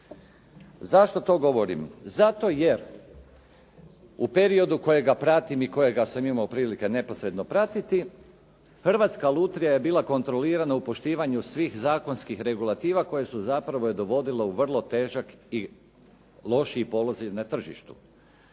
Zašto to govorim? Zato jer u periodu kojega pratim i kojega sam imao prilike neposredno pratiti Hrvatska lutrija je bila kontrolirana u poštivanju svih zakonskih regulativa koje su zapravo je dovodile u vrlo težak i lošiji položaj na tržištu.